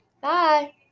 Bye